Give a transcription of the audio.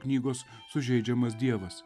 knygos sužeidžiamas dievas